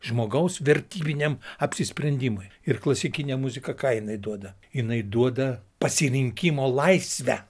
žmogaus vertybiniam apsisprendimui ir klasikinė muzika ką jinai duoda jinai duoda pasirinkimo laisvę